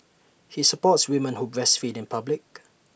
he supports women who breastfeed in public